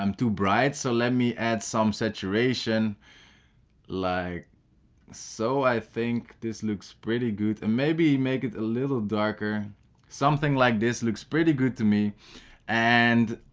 um too bright so let me add some saturation like so i think this looks pretty good and maybe make it a little darker something like this looks pretty good to me and